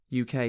UK